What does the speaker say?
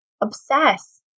obsess